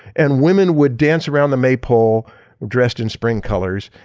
and women would dance around the maypole dressed in spring colors.